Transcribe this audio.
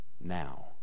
Now